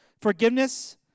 Forgiveness